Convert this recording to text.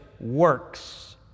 works